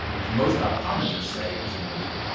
which most optometrists say is a myth.